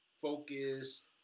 focus